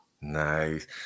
Nice